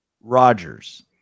Rodgers